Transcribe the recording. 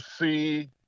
see